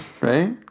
right